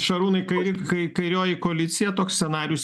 šarūnai kai kai kairioji koalicija toks scenarijus